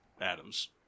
Adams